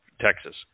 Texas